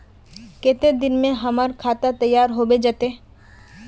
केते दिन में हमर खाता तैयार होबे जते?